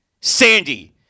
Sandy